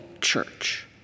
church